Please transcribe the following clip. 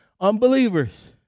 unbelievers